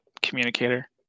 communicator